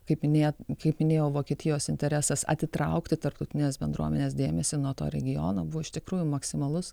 kaip minėjot kaip minėjau vokietijos interesas atitraukti tarptautinės bendruomenės dėmesį nuo to regiono buvo iš tikrųjų maksimalus